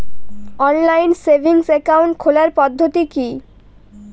Online savings account খোলার পদ্ধতি কি?